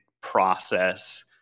process